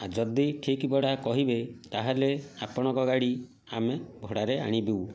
ଯଦି ଠିକ୍ ଭଡ଼ା କହିବେ ତା'ହେଲେ ଆପଣଙ୍କ ଗାଡ଼ି ଆମେ ଭଡ଼ାରେ ଆଣିବୁ